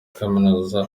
kaminuza